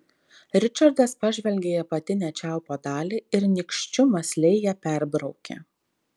ričardas pažvelgė į apatinę čiaupo dalį ir nykščiu mąsliai ją perbraukė